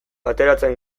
ateratzen